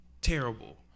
Terrible